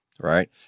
right